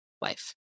life